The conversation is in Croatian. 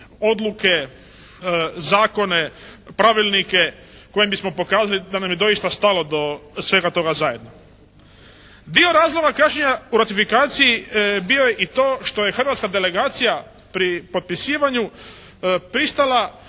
odluke, zakone, pravilnike kojima bismo pokazali da nam je doista stalo do svega toga zajedno. Dio razloga kašnjenja u ratifikaciji bio je i to što je hrvatska delegacija pri potpisivanju pristala